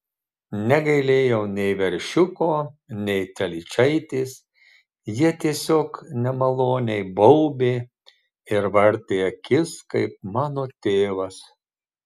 negailėjau nei veršiuko nei telyčaitės jie tiesiog nemaloniai baubė ir vartė akis kaip mano tėvas